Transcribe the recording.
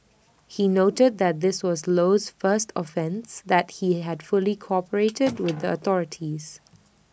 he noted that this was Low's first offence and that he had fully cooperated with the authorities